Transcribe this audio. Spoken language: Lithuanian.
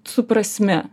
su prasme